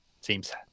seems